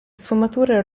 sfumature